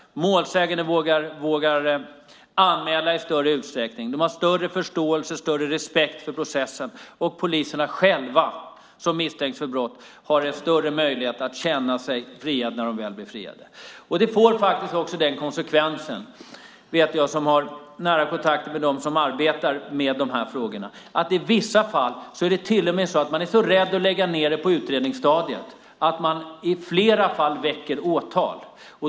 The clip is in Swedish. Målsäganden vågar anmäla i större utsträckning. De har större förståelse och större respekt för processen, och poliserna själva som misstänks för brott har större möjlighet att känna sig friade när de väl är friade. Som det är nu blir konsekvensen - det vet jag som har nära kontakt med dem som arbetar med dessa frågor - att man i vissa fall till och med är så rädd att lägga ned på utredningsstadiet att man i flera fall väcker åtal.